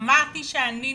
אמרתי שאני נבוכה.